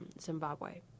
Zimbabwe